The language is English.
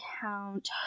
count